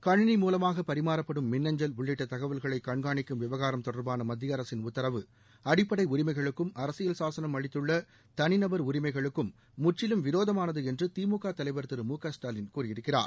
கணினி மூலமாக பரிமாறப்படும் மின்னஞ்சல் உள்ளிட்ட தகவல்களை கண்காணிக்கும் விவகாரம் தொடர்பான மத்திய அரசின் உத்தரவு அடிப்படை உரிமைகளுக்கும் அரசியல் சாசனம் அளித்துள்ள தனிநபா் உரிமைகளுக்கும் முற்றிலும் விரோதமானது என்று தி மு க தலைவா் திரு மு க ஸ்டாலின் கூறியிருக்கிறார்